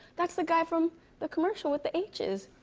that's the guy from the commercial with the h's.